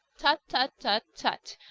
tut, tut, tut, tut!